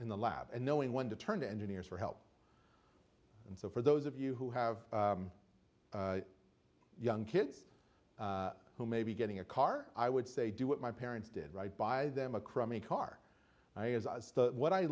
in the lab and knowing when to turn to engineers for help and so for those of you who have young kids who may be getting a car i would say do what my parents did right by them a crummy car what i